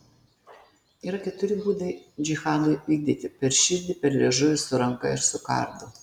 yra keturi būdai džihadui vykdyti per širdį per liežuvį su ranka ir su kardu